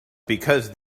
because